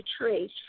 trace